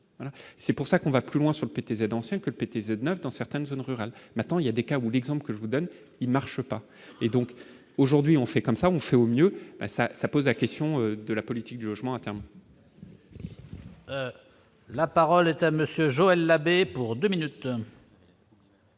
c'est pour ça qu'on va plus loin sur le PTZ ancien que le PTZ neuf dans certaines zones rurales, maintenant il y a des cas où l'exemple que je vous donne, il ne marche pas et donc aujourd'hui on fait comme ça, on fait au mieux, ça ça pose la question de la politique du logement à terme. La parole est à monsieur Joël Labbé pour 2 minutes.